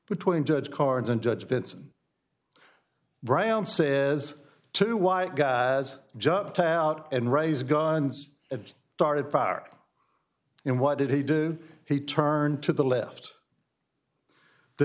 between judge cards and judge vincent brown says two white guys jumped out and raise guns it started and what did he do he turned to the left the